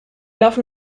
laufen